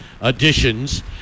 additions